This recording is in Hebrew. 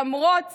למרות